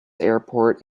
airport